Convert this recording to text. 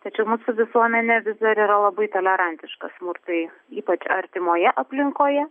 tačiau mūsų visuomenė vis dar yra labai tolerantiška smurtui ypač artimoje aplinkoje